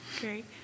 great